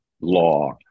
law